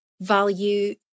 Value